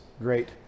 great